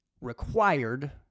required